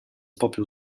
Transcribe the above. popiół